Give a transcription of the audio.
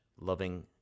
loving